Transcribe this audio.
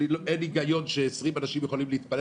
אין היגיון ש-20 אנשים יכולים להתפלל